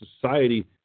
society